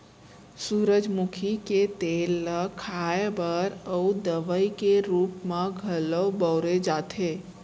सूरजमुखी के तेल ल खाए बर अउ दवइ के रूप म घलौ बउरे जाथे